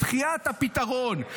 בדחיית הפתרון,